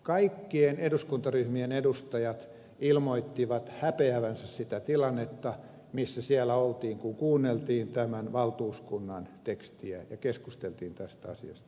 kaikkien eduskuntaryhmien edustajat ilmoittivat häpeävänsä sitä tilannetta kun siellä kuunneltiin tämän valtuuskunnan tekstiä ja keskusteltiin tästä asiasta